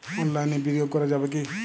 অনলাইনে বিনিয়োগ করা যাবে কি?